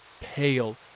pale